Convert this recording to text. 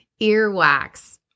earwax